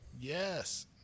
Yes